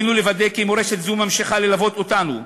עלינו לוודא כי מורשת זו ממשיכה ללוות אותנו,